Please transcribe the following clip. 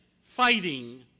fighting